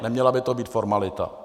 Neměla by to být formalita.